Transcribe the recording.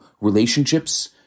relationships